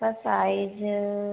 इसका साइज़